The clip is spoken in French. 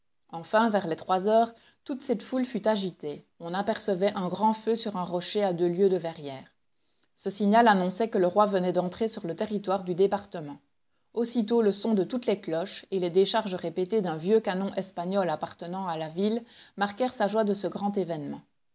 enfin vers les trois heures toute cette foule fut agitée on apercevait un grand feu sur un rocher à deux lieues de verrières ce signal annonçait que le roi venait d'entrer sur le territoire du département aussitôt le son de toutes les cloches et les décharges répétées d'un vieux canon espagnol appartenant à la ville marquèrent sa joie de ce grand événement